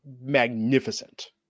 magnificent